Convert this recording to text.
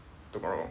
tomorrow